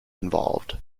involved